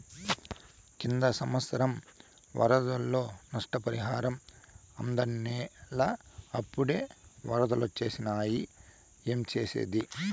కిందటి సంవత్సరం వరదల్లో నష్టపరిహారం అందనేలా, అప్పుడే ఒరదలొచ్చేసినాయి ఏంజేసేది